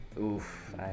Oof